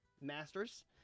master's